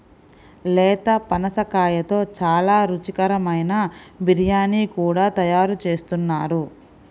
లేత పనసకాయతో చాలా రుచికరమైన బిర్యానీ కూడా తయారు చేస్తున్నారు